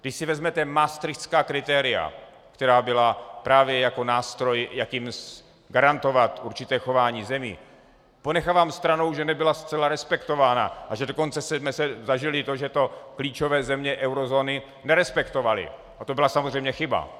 Když si vezmete maastrichtská kritéria, která byla právě jako nástroj, jakým garantovat určité chování zemí, ponechávám stranou, že nebyla zcela respektována a že jsme dokonce zažili to, že to klíčové země eurozóny nerespektovaly, a to byla samozřejmě chyba.